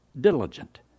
diligent